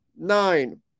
Nine